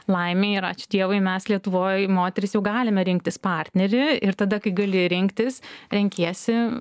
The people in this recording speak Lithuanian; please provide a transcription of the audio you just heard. laimei ir ačiū dievui mes lietuvoj moterys jau galime rinktis partnerį ir tada kai gali rinktis renkiesi